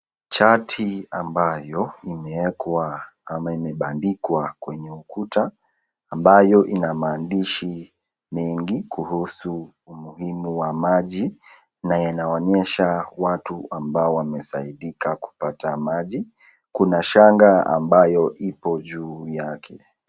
Chati ambayo imewekwa ama imebandikwa kwenye ukuta, ambayo ina maandishi mingi kuhusu umuhimu wa maji na inaonesha watu ambao wamesaidika kupata maji, kuna shangaa ambayo iko juu yake.